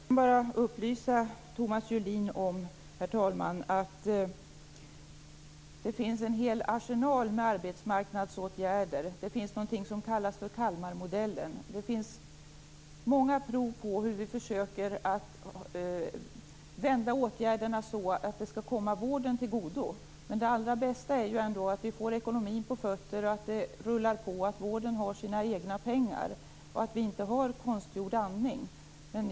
Herr talman! Jag kan bara upplysa Thomas Julin om att det finns en hel arsenal med arbetsmarknadsåtgärder. Det finns någonting som kallas för Kalmarmodellen, och det finns många prov på hur vi försöker vända åtgärderna så att de skall komma vården till godo. Men det allra bästa är ändå att få ekonomin på fötter så att det hela rullar på, och vården har sina egna pengar. Vi skall inte ha konstgjord andning.